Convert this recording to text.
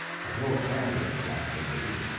i told sandy this ghastly news.